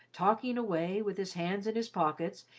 talking away, with his hands in his pockets,